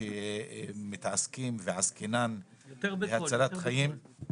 כשעסקינן בהצלת חיים,